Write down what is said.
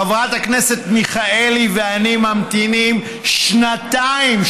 חברת הכנסת מיכאלי ואני ממתינים שנתיים,